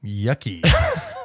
Yucky